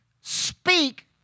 speak